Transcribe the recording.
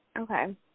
Okay